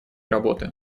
работы